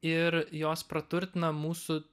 ir jos praturtina mūsų